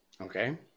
Okay